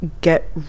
get